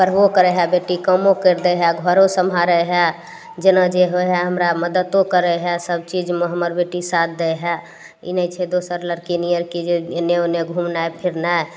पढ़बो करय हइ बेटी कामो करि दै हइ घरो सम्हारय हइ जेना जे होइ हइ हमरा मददो करय हइ सबचीजमे हमर बेटी साथ दै हइ ई नहि छै दोसर लड़की नियर कि जे एन्ने ओन्ने घुमनाइ फिरनाइ